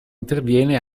interviene